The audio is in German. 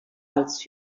als